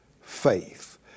faith